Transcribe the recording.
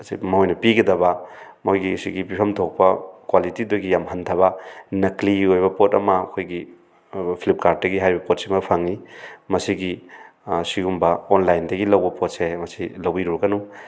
ꯑꯁꯤ ꯃꯣꯏꯅ ꯄꯤꯒꯗꯕ ꯃꯣꯏꯒꯤ ꯁꯤꯒꯤ ꯄꯤꯐꯝ ꯊꯣꯛꯄ ꯀ꯭ꯋꯥꯂꯤꯇꯤꯗꯒꯤ ꯌꯥꯃ ꯍꯟꯊꯕ ꯅꯀ꯭ꯂꯤ ꯑꯣꯏꯕ ꯄꯣꯠ ꯑꯃ ꯑꯩꯈꯣꯏꯒꯤ ꯐ꯭ꯂꯤꯞ ꯀꯥꯔꯠꯇꯒꯤ ꯍꯥꯏꯔꯤꯕ ꯄꯣꯠꯁꯤꯃ ꯐꯪꯉꯤ ꯃꯁꯤꯒꯤ ꯁꯤꯒꯨꯝꯕ ꯑꯣꯟꯂꯥꯏꯟꯗꯒꯤ ꯂꯧꯕ ꯄꯣꯠꯁꯦ ꯃꯁꯤ ꯂꯧꯕꯤꯔꯨꯒꯅꯨ